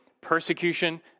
persecution